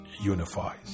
unifies